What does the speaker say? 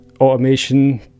automation